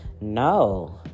no